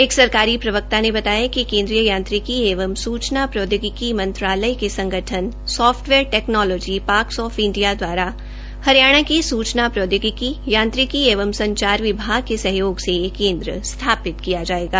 एक सरकारी प्रवक्ता ने बताया कि केन्द्रीय यांत्रिकी एवं सूचना प्रौदयोगिकी मंत्रालय के संगठन software technology parks of India दवारा हरियाणा के सूचना प्रौद्योगिकीयांत्रिकी एवं संचार विभाग के सहयोग से यह केंद स्थापित किया जायेगा